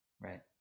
right